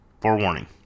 forewarning